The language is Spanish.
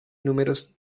números